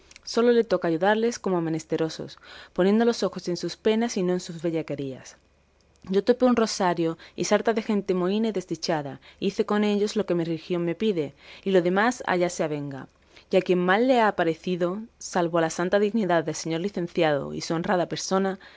sólo le toca ayudarles como a menesterosos poniendo los ojos en sus penas y no en sus bellaquerías yo topé un rosario y sarta de gente mohína y desdichada y hice con ellos lo que mi religión me pide y lo demás allá se avenga y a quien mal le ha parecido salvo la santa dignidad del señor licenciado y su honrada persona